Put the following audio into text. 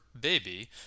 baby